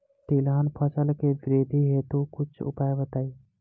तिलहन फसल के वृद्धि हेतु कुछ उपाय बताई?